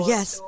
Yes